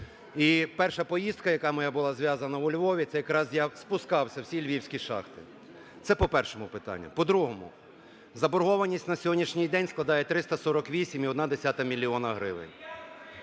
І перша поїздка, яка моя була зв'язана у Львові, це якраз я спускався у всі Львівські шахти. Це по першому питанню. По другому. Заборгованість на сьогоднішній день складає 348,1 мільйона